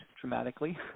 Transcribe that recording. dramatically